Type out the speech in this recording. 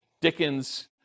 Dickens